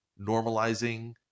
normalizing